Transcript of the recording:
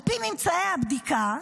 על פי ממצאי הבדיקה,